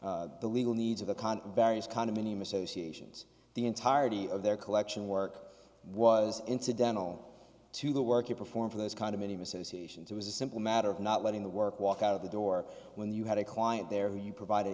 of the legal needs of the con various condominium associations the entirety of their collection work was incidental to the work you perform for those condominium associations it was a simple matter of not letting the work walk out of the door when you had a client there who you provided